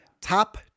Top